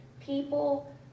People